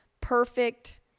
perfect